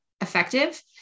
effective